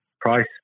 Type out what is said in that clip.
price